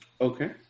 Okay